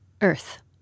Earth